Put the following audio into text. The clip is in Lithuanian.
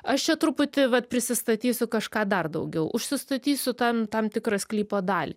aš čia truputį vat prisistatysiu kažką dar daugiau užsistatysiu ten tam tikrą sklypo dalį